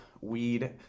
weed